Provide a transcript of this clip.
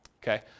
okay